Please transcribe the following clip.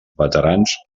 veterans